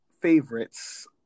favorites